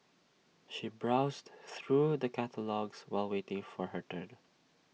she browsed through the catalogues while waiting for her turn